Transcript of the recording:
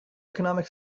economic